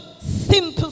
simple